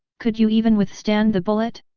could you even withstand the bullet?